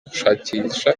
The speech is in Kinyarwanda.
gushakisha